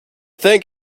thank